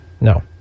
No